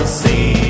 see